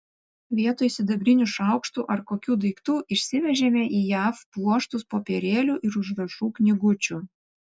vietoj sidabrinių šaukštų ar kokių daiktų išsivežėme į jav pluoštus popierėlių ir užrašų knygučių